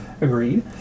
Agreed